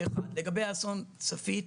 לגבי אסון צפית,